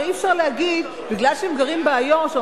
הרי אי-אפשר להגיד: מכיוון שהם גרים באיו"ש,